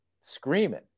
screaming